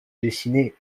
dessinée